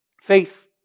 Faith